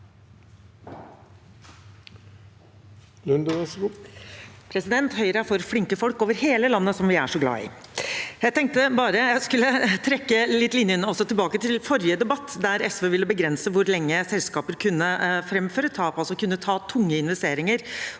Høyre er for flinke folk over hele landet som vi er så glad i. Jeg tenkte bare jeg skulle trekke linjene litt tilbake til forrige debatt, der SV ville begrense hvor lenge selskaper kunne framføre tap, altså kunne ta tunge investeringer